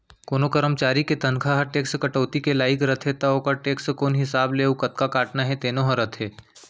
कोनों करमचारी के तनखा ह टेक्स कटौती के लाइक रथे त ओकर टेक्स कोन हिसाब ले अउ कतका काटना हे तेनो ह रथे